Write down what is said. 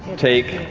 take